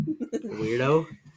weirdo